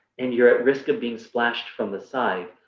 and you're at risk of being splashed from the side,